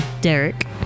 Derek